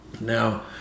Now